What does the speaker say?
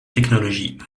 technologie